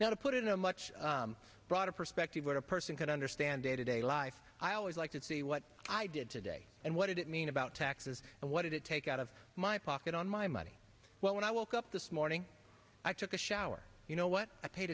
now to put it in a much broader perspective where a person can understand day to day life i always like to see what i did today and what did it mean about taxes and what did it take out of my pocket on my money when i woke up this morning i took a shower you know what i paid